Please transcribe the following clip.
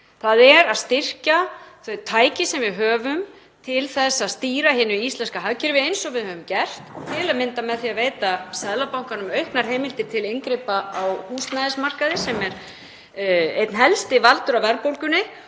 Það er að styrkja þau tæki sem við höfum til að stýra hinu íslenska hagkerfi eins og við höfum gert, til að mynda með því að veita Seðlabankanum auknar heimildir til inngripa á húsnæðismarkaði sem er einn helsti valdur að verðbólgunni.